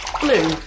blue